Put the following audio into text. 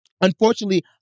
unfortunately